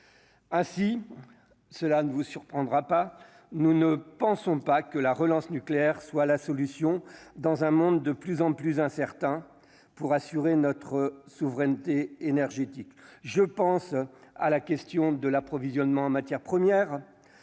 ah si cela ne vous surprendra pas, nous ne pensons pas que la relance nucléaire soit la solution dans un monde de plus en plus incertain pour assurer notre souveraineté énergétique, je pense à la question de l'approvisionnement en matières premières,